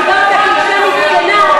זה כל מה שיש לכם לומר, הנגידה אשמה?